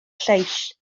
lleill